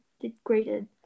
degraded